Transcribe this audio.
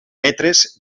metres